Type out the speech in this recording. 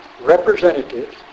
representatives